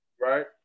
Right